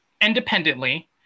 Independently